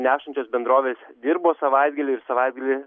nešančios bendrovės dirbo savaitgalį ir savaitgalį